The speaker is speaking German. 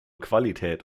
qualität